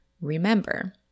remember